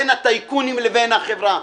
בין הטייקונים לבין החברה.